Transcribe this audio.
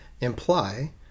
imply